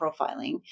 profiling